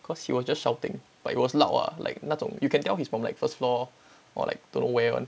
cause he was just shouting but it was loud ah like 那种 you can tell he's from like first floor or like don't know where one